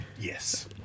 Yes